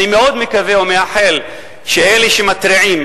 אני מאוד מקווה ומייחל שאלה שמתריעים,